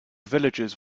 villagers